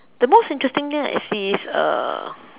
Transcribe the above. the most interesting thing that I see is uh